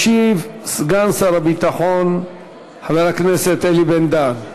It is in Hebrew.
ישיב סגן שר הביטחון חבר הכנסת אלי בן-דהן.